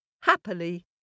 happily